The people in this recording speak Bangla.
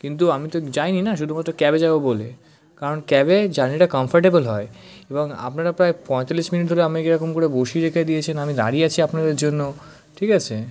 কিন্তু আমি তো যাইনি না শুধুমাত্র ক্যাবে যাব বলে কারণ ক্যাবে জার্নিটা কমফর্টেবল হয় এবং আপনারা প্রায় পঁয়তাল্লিশ মিনিট ধরে আমাকে এরকম করে বসিয়ে রেখে দিয়েছেন আমি দাঁড়িয়ে আছি আপনাদের জন্য ঠিক আছে